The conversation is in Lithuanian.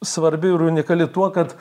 svarbi ir unikali tuo kad